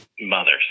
mothers